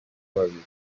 babiri